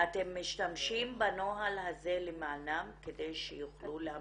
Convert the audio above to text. אתן משתמשים בנוהל הזה למענן כדי שיוכלו להמשיך?